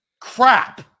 crap